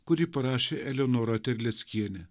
kurį parašė eleonora terleckienė